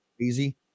easy